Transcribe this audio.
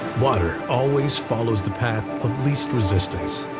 water always follows the path of least resistance.